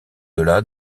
delà